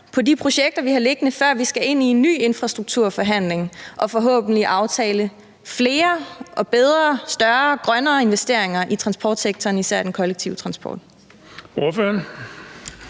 på de projekter, vi har liggende, før vi skal ind i en ny infrastrukturforhandling og forhåbentlig aftale flere og bedre, større og grønnere investeringer i transportsektoren, især i den kollektive transport.